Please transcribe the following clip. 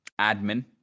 admin